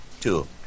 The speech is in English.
Two